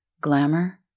glamour